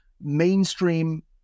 mainstream